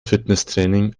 fitnesstraining